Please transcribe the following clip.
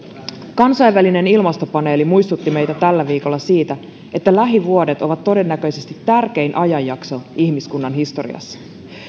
kansainvälinen ilmastopaneeli muistutti meitä tällä viikolla siitä että lähivuodet ovat todennäköisesti tärkein ajanjakso ihmiskunnan historiassa